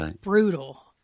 brutal